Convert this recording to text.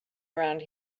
around